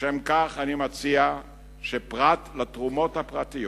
לשם כך, אני מציע שפרט לתרומות הפרטיות,